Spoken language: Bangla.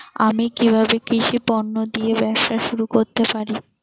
আমি কিভাবে কৃষি পণ্য দিয়ে ব্যবসা শুরু করতে পারি?